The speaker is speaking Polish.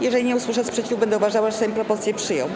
Jeżeli nie usłyszę sprzeciwu, będę uważała, że Sejm propozycję przyjął.